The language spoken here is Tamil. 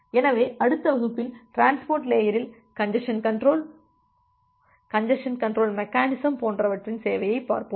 எனவே அடுத்த வகுப்பில் டிரான்ஸ்போர்ட் லேயரில் congestion control congestion control mechanism போன்றவற்றின் சேவையை பார்ப்போம்